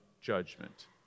judgment